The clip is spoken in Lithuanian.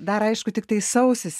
dar aišku tiktai sausis